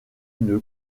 une